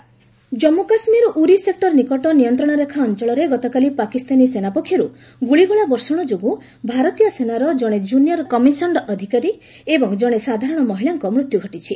JCO killed Jammu Kashmir Uri sector ନିକଟ ନିୟନ୍ତ୍ରଣରେଖା ଅଞ୍ଚଳରେ ଗତକାଲି ପାକିସ୍ତାନୀ ସେନା ପକ୍ଷରୁ ଗୁଳିଗୋଳା ବର୍ଷଣ ଯୋଗୁଁ ଭାରତୀୟ ସେନାର ଜଣେ ଜୁନିୟର କମିଶନ୍ତ ଅଧିକାରୀ ସହିଦ ହୋଇଥିବା ବେଳେ ଜଣେ ସାଧାରଣ ମହିଳାଙ୍କ ମୃତ୍ୟୁ ଘଟିଛି